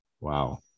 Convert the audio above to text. Wow